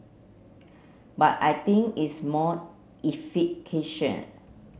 but I think it's more